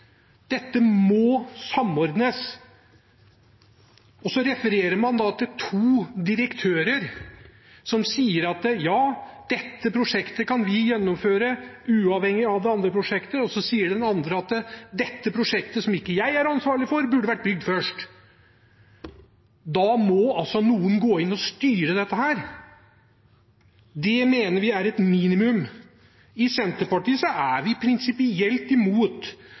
dette må samordnes. Så refererer man da til to direktører, som sier at dette prosjektet kan de gjennomføre uavhengig av det andre prosjektet. Så sier den andre at dette prosjektet, som ikke jeg er ansvarlig for, burde vært bygd først. Da må noen gå inn og styre det. Det mener vi er et minimum. I Senterpartiet er vi prinsipielt imot at byutvikling ukritisk skal finansieres av bompenger – det er vi prinsipielt imot.